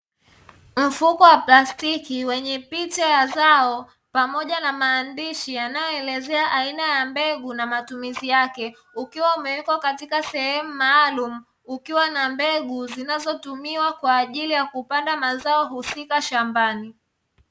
Mfuko wa plastiki wenye picha ya zao pamoja na maandishi yanayoelezea aina ya mbegu na matumizi yake, ukiwa umewekwa katika sehemu maalumu, kukiwa na mbegu zinazotumiwa kwaajili ya kupanda mazao husika shambani.